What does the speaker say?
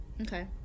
Okay